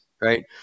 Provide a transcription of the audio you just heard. right